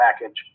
package